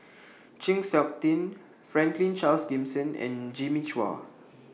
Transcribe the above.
Chng Seok Tin Franklin Charles Gimson and Jimmy Chua